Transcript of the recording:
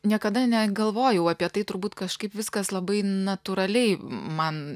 niekada negalvojau apie tai turbūt kažkaip viskas labai natūraliai man